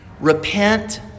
Repent